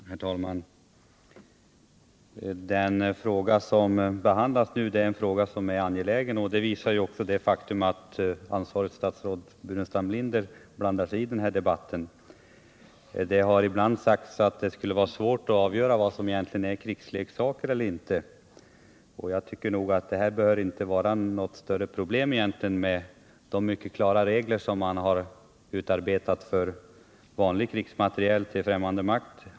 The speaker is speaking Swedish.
Herr talman! Den fråga som nu behandlas är angelägen. Det visar också det faktum att statsrådet Burenstam Linder blandat sig i denna debatt. Det har ibland sagts att det skulle vara svårt att avgöra vad som är krigsleksaker eller inte. Jag tycker att det egentligen inte bör vara något problem med tanke på att man för vanlig krigsmateriel som exporteras till främmande makt har kunnat utarbeta mycket klara regler.